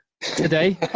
today